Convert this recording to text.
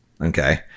Okay